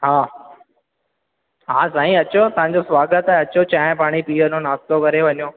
हा हा साईं अचो तव्हांजो स्वागत आहे अचो चांहि पाणी पी वञो नास्तो करे वञो